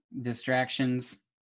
distractions